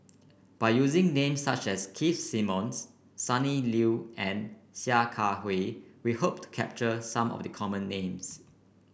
by using names such as Keith Simmons Sonny Liew and Sia Kah Hui we hope to capture some of the common names